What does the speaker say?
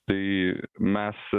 tai mes